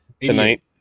tonight